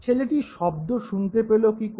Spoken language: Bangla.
ছেলেটি শব্দ শুনতে পেল কী করে